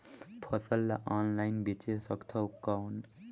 फसल ला ऑनलाइन बेचे सकथव कौन?